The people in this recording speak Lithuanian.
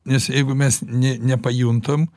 nes jeigu mes ne nepajuntam